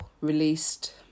released